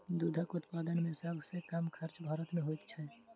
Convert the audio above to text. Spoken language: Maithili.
दूधक उत्पादन मे सभ सॅ कम खर्च भारत मे होइत छै